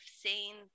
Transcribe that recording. seen